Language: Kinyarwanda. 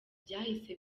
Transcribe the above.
byahise